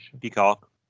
Peacock